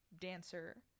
dancer